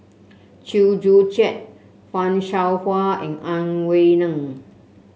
Chew Joo Chiat Fan Shao Hua and Ang Wei Neng